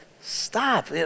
Stop